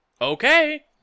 Okay